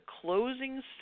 closing